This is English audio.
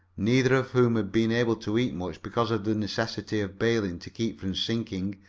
neither of whom had been able to eat much because of the necessity of bailing to keep from sinking,